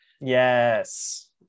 Yes